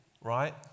right